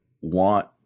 want